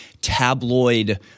tabloid